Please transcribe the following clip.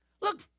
Look